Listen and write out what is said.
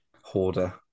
hoarder